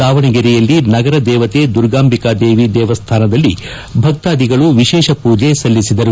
ದಾವಣಗೆರೆಯಲ್ಲಿ ನಗರ ದೇವತೆ ದುರ್ಗಾಂಭಿಕಾ ದೇವಿ ದೇವಸ್ಥಾನದಲ್ಲಿ ಭಕ್ತಾದಿಗಳು ವಿಶೇಷ ಪೂಜೆ ಸಲ್ಲಿಸಿದರು